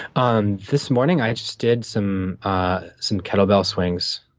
um this morning i just did some ah some kettle bell swings,